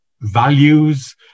values